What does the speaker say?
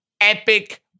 epic